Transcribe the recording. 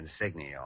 insignia